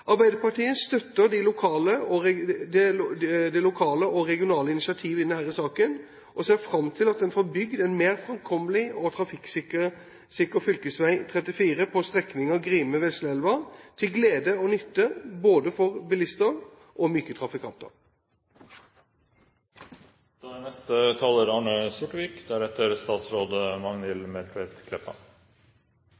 Arbeiderpartiet støtter det lokale og regionale initiativet i denne saken og ser fram til at en får bygd en mer framkommelig og trafikksikker fv. 34 på strekningen Grime–Vesleelva, til glede og nytte både for bilister og myke trafikanter. Å sende med takk til trafikantene på veien når man tvangsutskriver ekstra transportskatt, blir litt politisk klamt! De er